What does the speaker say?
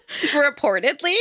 Reportedly